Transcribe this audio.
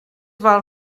val